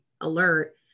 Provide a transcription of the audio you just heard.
alert